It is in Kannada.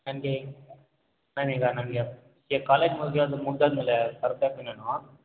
ನನಗೆ ನಾನೀಗ ನನಗೆ ಈಗ ಕಾಲೇಜ್ ಮುಗ್ಯೋದು ಮುಗ್ದು ಆದ್ಮೇಲೆ ಬರಬೇಕು ನಾನು